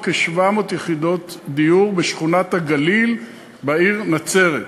כ-700 יחידות דיור בשכונת-הגליל בעיר נצרת.